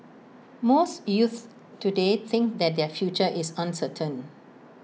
most youths today think that their future is uncertain